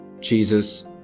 Jesus